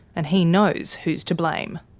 and he knows who's to blame.